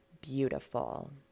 beautiful